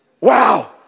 Wow